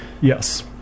Yes